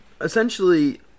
essentially